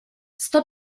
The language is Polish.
sto